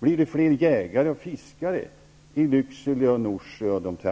Blir det fler jägare och fiskare i Lycksele, Norsjö och trakterna där omkring med detta?